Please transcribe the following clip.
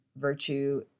virtue